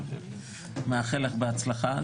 מאחל לך בהצלחה.